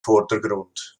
vordergrund